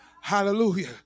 Hallelujah